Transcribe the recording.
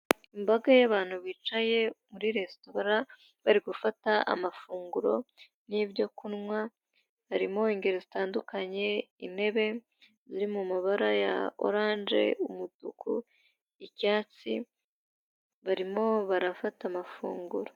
Imbaga y'abantu bicaye muri resitora, bari gufata amafunguro n'ibyo kunywa, harimo ingeri zitandukanye, intebe ziri mu mabara ya oranje, umutuku, icyatsi, barimo barafata amafunguro.